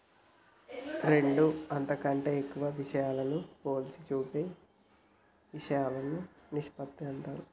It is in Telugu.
రెండు అంతకంటే ఎక్కువ విషయాలను పోల్చి చూపే ఇషయాలను నిష్పత్తి అంటారు